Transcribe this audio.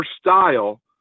style